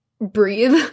breathe